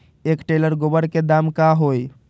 एक टेलर गोबर के दाम का होई?